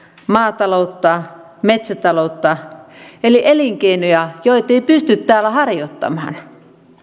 maataloutta metsätaloutta eli elinkeinoja joita ei ei pysty täällä harjoittamaan